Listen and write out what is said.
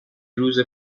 روز